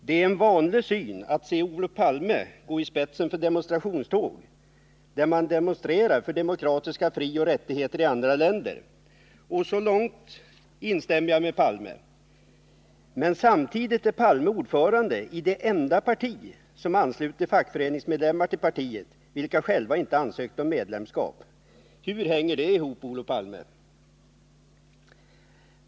Det är en vanlig syn att se Olof Palme gå i spetsen för demonstrationståg, där man demonstrerar för demokratiska frioch rättigheter i andra länder. Och så långt kan jag förstå Olof Palme. Men samtidigt är Olof Palme ordförande i det enda parti som till partiet ansluter fackföreningsmedlemmar, vilka själva inte ansökt om medlemskap. Hur hänger det ihop, Olof Palme?